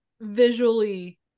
visually